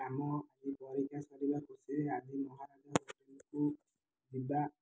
ଆମ ଆଜି ପରୀକ୍ଷା ସରିବା ଖୁସିରେ ଆଜି ଯିବା